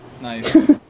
Nice